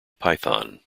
python